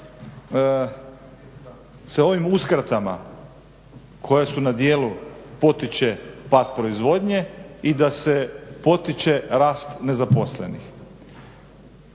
se ovim uskratama koje su na djelu potiče pad proizvodnje i da se potiče rast nezaposlenih.